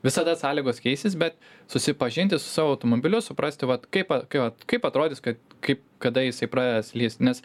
visada sąlygos keisis bet susipažinti su savo automobiliu suprasti vat kaip kai vat kaip atrodys kad kaip kada jisai pradeda slyst nes